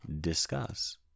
discuss